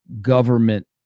government